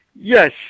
Yes